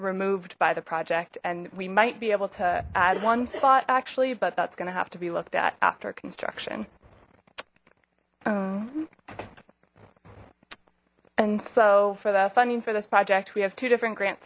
removed by the project and we might be able to add one spot actually but that's going to have to be looked at after construction and so for the funding for this project we have two different grant